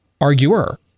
arguer